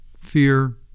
fear